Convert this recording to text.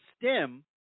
stem